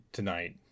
tonight